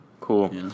Cool